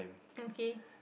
okay